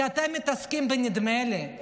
כי אתם מתעסקים בנדמה לי,